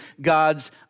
God's